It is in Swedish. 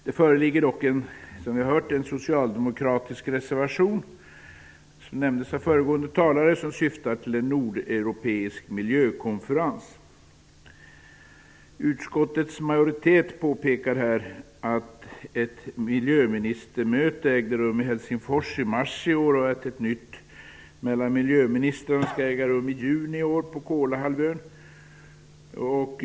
Det föreligger dock en socialdemokratisk reservation, som nämndes av föregående talare, om en nordeuropeisk miljökonferens. Utskottets majoritet påpekar att ett miljöministermöte ägde rum i Helsingfors i mars i år och att ett nytt skall äga rum på Kolahalvön i juni i år.